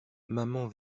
maman